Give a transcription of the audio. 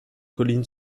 colline